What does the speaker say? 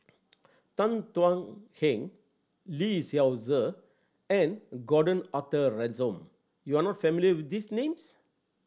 Tan Thuan Heng Lee Seow Ser and Gordon Arthur Ransome you are not familiar with these names